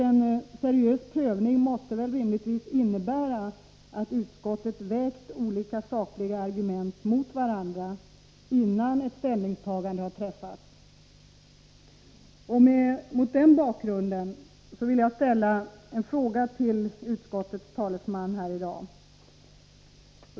En seriös prövning måste rimligtvis ha inneburit att utskottet vägt olika sakliga argument mot varandra, innan det tog ställning. Mot den bakgrunden vill jag ställa en fråga till utskottets talesman här i dag.